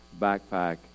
backpack